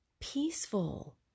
peaceful